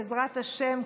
בעזרת השם,